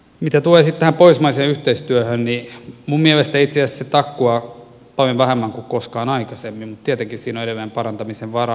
mitä tulee sitten tähän pohjoismaiseen yhteistyöhön niin minun mielestäni itse asiassa se takkuaa paljon vähemmän kuin koskaan aikaisemmin mutta tietenkin siinä on edelleen parantamisen varaa